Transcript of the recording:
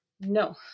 no